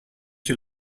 you